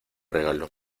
regalo